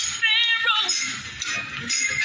pharaoh